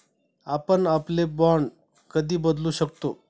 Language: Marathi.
आपण आपले बाँड कधी बदलू शकतो?